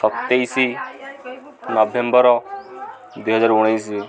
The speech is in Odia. ସତେଇଶି ନଭେମ୍ବର ଦୁଇ ହଜାର ଉଣେଇଶି